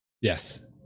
Yes